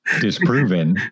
disproven